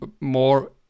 more